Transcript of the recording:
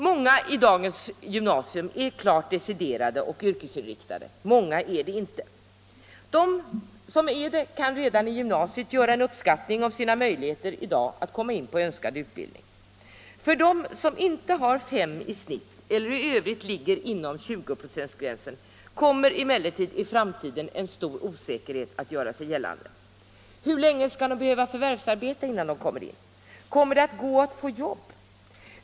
Många elever i dagens gymnasium är klart deciderade och yrkesinriktade, många är det inte. De som är det kan redan i gymnasiet göra en uppskattning av sina möjligheter i dag att komma in på önskad utbildning. För dem som inte har 5 i snitt eller i övrigt ligger inom 20 procentsgränsen kommer emellertid i framtiden en stor osäkerhet att göra sig gällande. Hur länge skall de behöva förvärvsarbeta innan de kommer in? Kommer det att gå att få jobb?